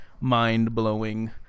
mind-blowing